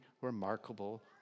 remarkable